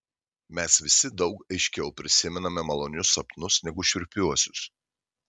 mes visi daug aiškiau prisimename malonius sapnus negu šiurpiuosius